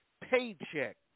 paycheck